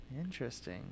Interesting